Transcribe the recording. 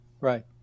Right